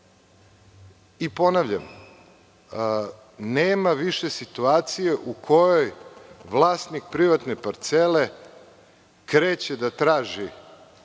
put. Ponavljam, nema više situacije u kojoj vlasnik privatne parcele kreće da traži